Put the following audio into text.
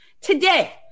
today